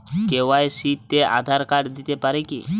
KYC তে Aadhaar card দিতে পারি কি?